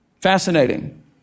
Fascinating